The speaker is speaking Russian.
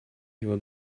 его